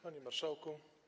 Panie Marszałku!